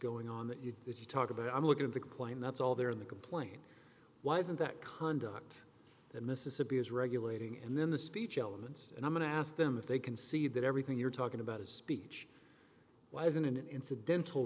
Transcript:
going on that you that you talk about i'm going to claim that's all there in the complaint why isn't that conduct that mississippi is regulating and then the speech elements and i'm going to ask them if they can see that everything you're talking about is speech why isn't an incidental